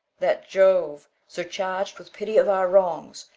that jove, surcharg'd with pity of our wrongs,